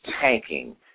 tanking